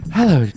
Hello